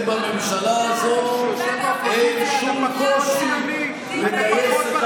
ובממשלה הזאת אין שום קושי לגייס את